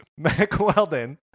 MacWeldon